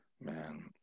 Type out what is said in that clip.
Man